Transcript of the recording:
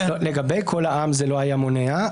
לגבי קול העם זה לא היה מונע.